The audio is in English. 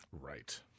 Right